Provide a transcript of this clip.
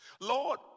Lord